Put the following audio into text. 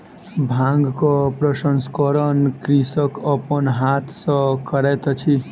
भांगक प्रसंस्करण कृषक अपन हाथ सॅ करैत अछि